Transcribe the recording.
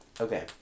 Okay